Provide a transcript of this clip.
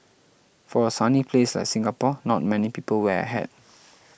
for a sunny place like Singapore not many people wear a hat